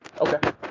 okay